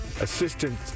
Assistant